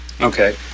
okay